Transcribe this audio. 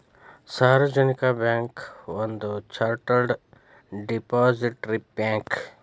ಸಾರ್ವಜನಿಕ ಬ್ಯಾಂಕ್ ಒಂದ chartered depository bank